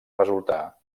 resultar